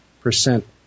percent